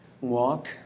walk